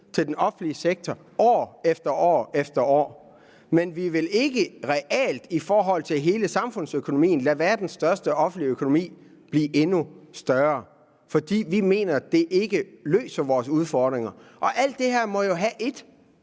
til den offentlige sektor år efter år efter år, men vi vil ikke realt i forhold til hele samfundsøkonomien lade verdens største offentlige økonomi blive endnu større, for vi mener ikke, at det løser vores udfordringer. Alt det her må jo være med